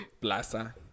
Plaza